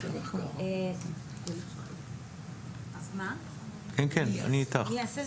ממצאי המחקר כאמור יוגשו לא יאוחר מחצי שנה לפני תום תקופת הוראות השעה,